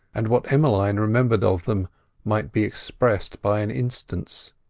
and what emmeline remembered of them might be expressed by an instance.